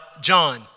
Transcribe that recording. John